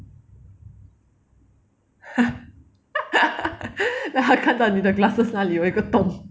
then 他看到你的 glasses 那里有一个洞